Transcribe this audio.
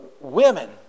women